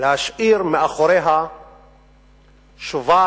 להשאיר מאחוריה שובל